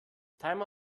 timer